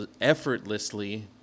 effortlessly